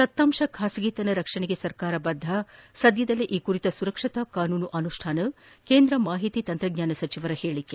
ದತ್ತಾಂಶ ಖಾಸಗಿತನ ರಕ್ಷಣೆಗೆ ಸರ್ಕಾರ ಬದ್ದ ಸದ್ಯದಲ್ಲೇ ಈ ಕುರಿತ ಸುರಕ್ಷತಾ ಕಾನೂನು ಅನುಷ್ಠಾನ ಕೇಂದ್ರ ಮಾಹಿತಿ ತಂತ್ರಜ್ಞಾನ ಸಚಿವರ ಹೇಳಿಕೆ